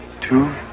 Two